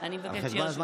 אני מבקשת שיהיה רשום.